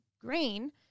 grain